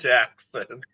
Jackson